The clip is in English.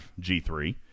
G3